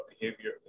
behavior